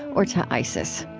or to isis.